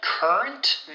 Current